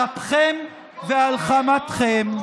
על אפכם ועל חמתכם.